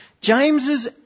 James's